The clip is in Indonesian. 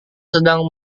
sedang